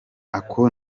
ako